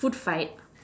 food fight